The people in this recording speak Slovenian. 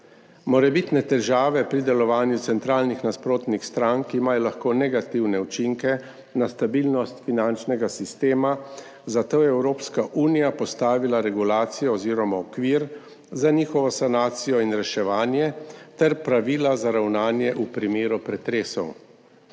Morebitne težave pri delovanju centralnih nasprotnih strank imajo lahko negativne učinke na stabilnost finančnega sistema, zato je Evropska unija postavila regulacijo oziroma okvir za njihovo sanacijo in reševanje ter pravila za ravnanje v primeru pretresov.